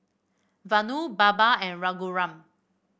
Vanu Baba and Raghuram